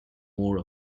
more